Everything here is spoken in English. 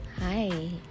Hi